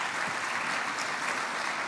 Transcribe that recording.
(חותם על ההצהרה) השר רון